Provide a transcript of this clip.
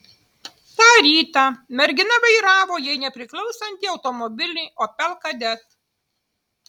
tą rytą mergina vairavo jai nepriklausantį automobilį opel kadett